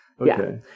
Okay